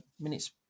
minutes